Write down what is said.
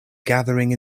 gathering